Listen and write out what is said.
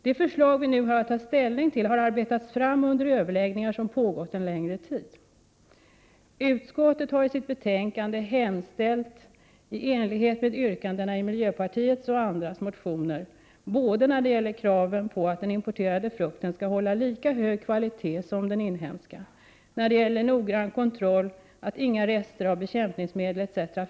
Det förslag vi nu har att ta ställning till har utarbetats under överläggningar som pågått en längre tid. Utskottet har i sitt betänkande hemställt i enlighet med yrkandena i miljöpartiets och andras motioner när det gäller kraven på att den importerade frukten skall hålla lika hög kvalitet som den inhemska, när det gäller kraven på noggrann kontroll att inte rester av bekämpningsmedlen etc.